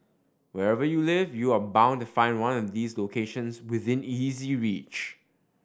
wherever you live you are bound to find one of these locations within easy reach